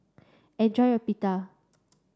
enjoy your Pita